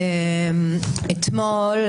אתמול,